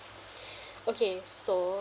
okay so